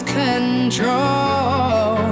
control